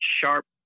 sharp